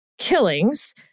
killings